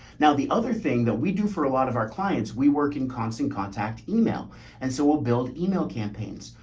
now the other thing that we do for a lot of our clients, we work in constant contact email and so we'll build email campaigns.